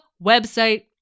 website